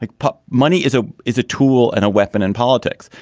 like pump money is a is a tool and a weapon in politics.